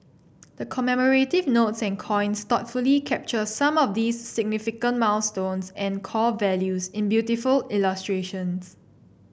the commemorative notes and coins thoughtfully capture some of these significant milestones and core values in beautiful illustrations